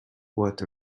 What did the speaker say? what